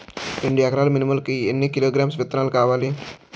రెండు ఎకరాల మినుములు కి ఎన్ని కిలోగ్రామ్స్ విత్తనాలు కావలి?